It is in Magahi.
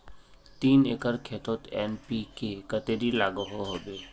तीन एकर खेतोत एन.पी.के कतेरी लागोहो होबे?